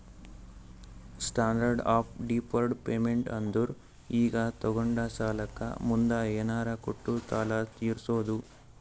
standard of deferred payment ಅಂದುರ್ ಈಗ ತೊಗೊಂಡ ಸಾಲಕ್ಕ ಮುಂದ್ ಏನರೇ ಕೊಟ್ಟು ಸಾಲ ತೀರ್ಸೋದು